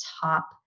top